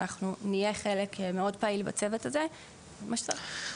אנחנו נהיה חלק מאוד פעיל בצוות הזה ומה שצריך.